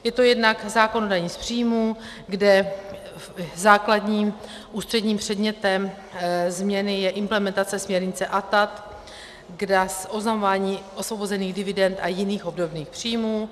Je to jednak zákon o dani z příjmů, kde základním ústředním předmětem změny je implementace směrnice ATAD, kde je oznamování osvobozených dividend a jiných obdobných příjmů.